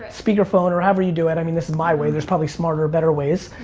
speaker phone, or however you do it. i mean this is my way, there's probably smarter or better ways.